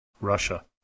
Russia